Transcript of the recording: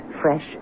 fresh